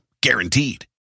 Guaranteed